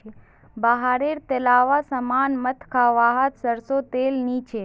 बाहर रे तेलावा सामान मत खा वाहत सरसों तेल नी छे